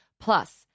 Plus